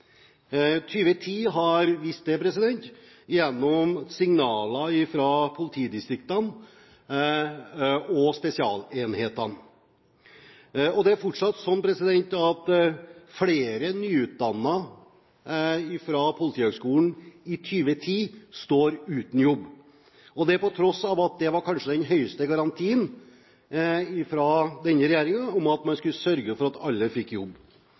2010 har vist det, gjennom signaler fra politidistriktene og spesialenhetene. Det er fortsatt sånn at flere nyutdannede fra Politihøgskolen i 2010 står uten jobb. Det på tross av at det kanskje var den største garantien fra denne regjeringen – man skulle sørge for at alle fikk jobb.